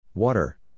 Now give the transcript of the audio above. Water